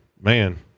man